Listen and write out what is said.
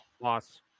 loss